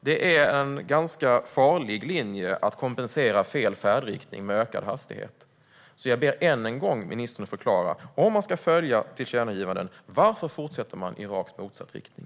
Det är en ganska farlig linje att kompensera fel färdriktning med ökad hastighet, så jag ber ministern att än en gång förklara: Om man ska följa tillkännagivanden, varför fortsätter man i rakt motsatt riktning?